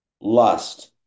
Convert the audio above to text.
Lust